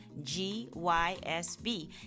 GYSB